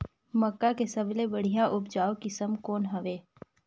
मक्का के सबले बढ़िया उपजाऊ किसम कौन हवय?